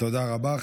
תודה רבה.